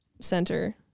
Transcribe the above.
center